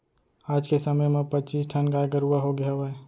आज के समे म पच्चीस ठन गाय गरूवा होगे हवय